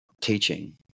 teaching